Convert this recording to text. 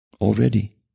already